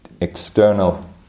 external